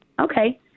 okay